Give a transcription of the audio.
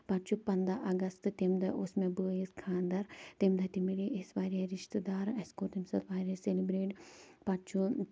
پَتہٕ چھُ پنٛداہ اَگست تَمہِ دۄہ اوس مےٚ بٲیِس خانٛدَر تَمہِ دۄہ تہِ میلیے أسۍ واریاہ رِشتہٕ دار اَسہِ کوٚر تَمہِ ساتہٕ واریاہ سیلِبریٹ پَتہٕ چھُ